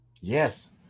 Yes